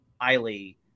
highly